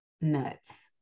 Nuts